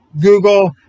Google